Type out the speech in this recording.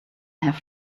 have